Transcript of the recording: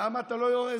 למה אתה לא יורה?